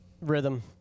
Rhythm